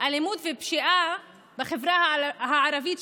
אלימות ופשיעה בחברה הערבית,